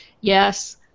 yes